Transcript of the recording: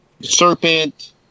Serpent